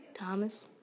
Thomas